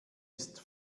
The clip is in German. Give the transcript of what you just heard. ist